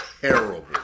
terrible